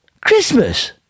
Christmas